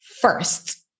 first